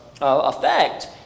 effect